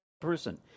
person